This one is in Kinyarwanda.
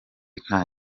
nta